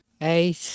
Eight